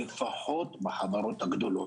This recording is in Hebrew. לפחות בחברות הגדולות.